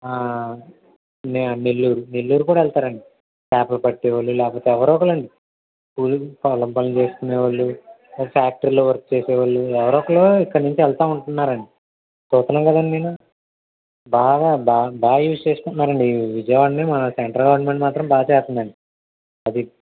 నే నెల్లూరు నెల్లూరు కూడా వెళ్తారండి చేపలు పట్టేవాళ్ళు లేకపోతే ఎవరో ఒకరు అండి పొలం పనులు చేసుకునేవాళ్ళు ఫ్యాక్టరీలో వర్క్ చేసేవాళ్ళు ఎవరో ఒకరు ఇక్కడి నుంచి వెళ్తూ ఉంటున్నారండి చూస్తున్న కదండి నేను బాగా బాగా బాగా యూజ్ చేసుకుంటున్నారండి ఈ విజయవాడను మన సెంట్రల్ గవర్నమెంట్ మాత్రం బాగా చేస్తుందండి అది